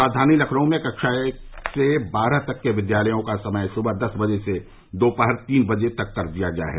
राजधानी लखनऊ में कक्षा एक से कक्षा बारह तक के विद्यालयों का समय सुबह दस बजे से दोपहर तीन बजे तक कर दिया गया है